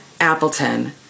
Appleton